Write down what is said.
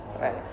Right